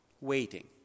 Waiting